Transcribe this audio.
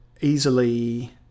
easily